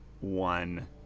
one